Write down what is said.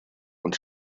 und